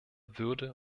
würde